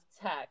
tech